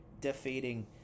defeating